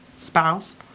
spouse